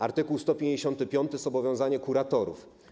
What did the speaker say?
art. 155, zobowiązanie kuratorów.